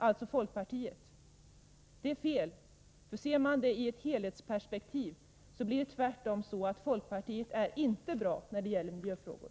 Det är fel att göra så. Ser man det i helhetsperspektiv finner man tvärtom att folkpartiet inte är bra när det gäller miljöfrågor.